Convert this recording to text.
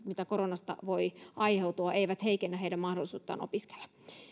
mitä koronasta voi aiheutua eivät heikennä heidän mahdollisuuttaan opiskella